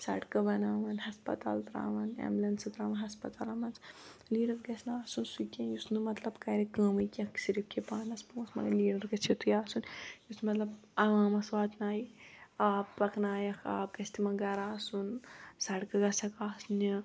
سڑکہٕ بناوان ہسپتال تراوان ایمبولَنسہٕ تراوان ہسپَتالَن مَنٛز لیٖڈر گَژھنہٕ آسُن سُہ کیٚنٛہہ یُس نہٕ مطلب کَرِ کٲمٕے کیٚنٛہہ صرف کھیٚیہِ پانس پونسہٕ مگر لیٖڈر گَژھِ یِتھُے آسُن یُس مطلب عوامَس واتنایہِ آب پکنایَکھ آب گَژھِ تِمَن گَرٕ اَژُن سَڑکہٕ گَژھکھ آسنہِ